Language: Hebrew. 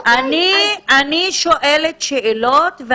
אני שואלת שאלות,